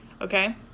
Okay